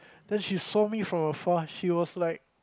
then she saw me from a far she was like